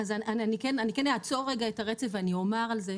אני כן אעצור רגע את הרצף ואני אומר על זה.